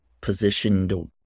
positioned